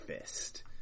fist